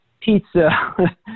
pizza